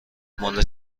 مال